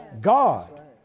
God